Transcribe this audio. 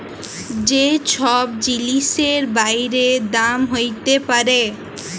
যে ছব জিলিসের বাইড়ে দাম হ্যইতে পারে